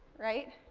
right.